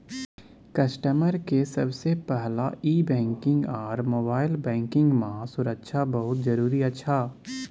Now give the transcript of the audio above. customer के सबसे पहला ई बैंकिंग आर मोबाइल बैंकिंग मां सुरक्षा बहुत जरूरी अच्छा